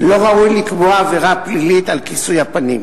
לא ראוי לקבוע עבירה פלילית על כיסוי הפנים,